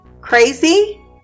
crazy